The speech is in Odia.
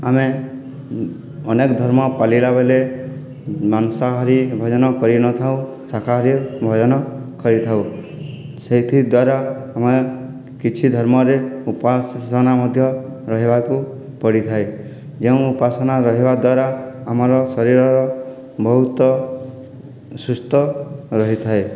ଆମେ ଅନେକ ଧର୍ମ ପାଳିଲା ବେଳେ ମାଂସାହାରୀ ଭୋଜନ କରିନଥାଉ ଶାକାହାରୀ ଭୋଜନ କରିଥାଉ ସେହିଥି ଦ୍ଵାରା ଆମେ କିଛି ଧର୍ମରେ ଉପାସନା ମଧ୍ୟ ରହିବାକୁ ପଡ଼ିଥାଏ ଯେଉଁ ଉପାସନା ରହିବା ଦ୍ଵାରା ଆମର ଶରୀରର ବହୁତ ସୁସ୍ଥ ରହିଥାଏ